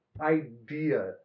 idea